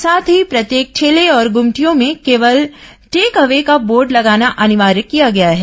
साथ ही प्रत्येक ठेले और गुमटियों में केवल टेकअवे का बोर्ड लगाना अनिवार्य किया गया है